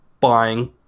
buying